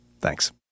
Thanks